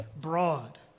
broad